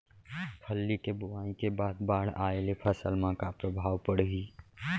फल्ली के बोआई के बाद बाढ़ आये ले फसल मा का प्रभाव पड़ही?